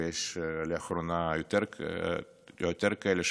ויש לאחרונה יותר ויותר כאלה,